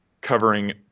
covering